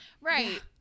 right